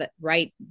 right